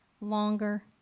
longer